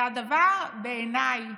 ובעיניי,